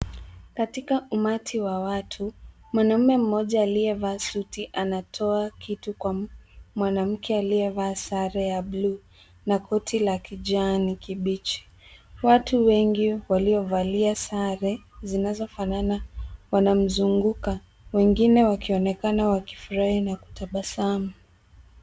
Katika umati wa watu, mwanaume mmoja aliyevaa suti anatoa kitu kwa mwanamke aliyevaa sare ya buluu na koti la kijani kibichi. Watu wengi waliovalia sare zinazofanana wanamzunguka, wengine wakionekana wakifurahi na kutabasamu.